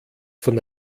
von